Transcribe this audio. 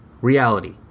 reality